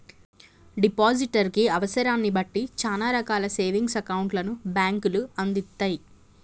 depositor కి అవసరాన్ని బట్టి చానా రకాల సేవింగ్స్ అకౌంట్లను బ్యేంకులు అందిత్తయ్